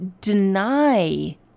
deny